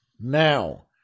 now